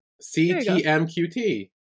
C-T-M-Q-T